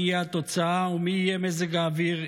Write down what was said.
מי יהיה התוצאה ומי יהיה מזג אוויר.